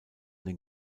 den